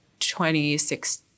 2016